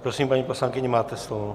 Prosím, paní poslankyně, máte slovo.